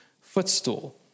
footstool